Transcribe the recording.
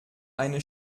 eine